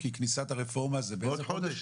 כי כניסת הרפורמה זה בעוד חודש.